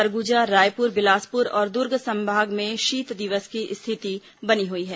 सरगुजा रायपुर बिलासपुर और दुर्ग संभाग में शीत दिवस की स्थिति बनी हुई है